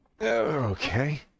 Okay